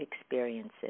experiences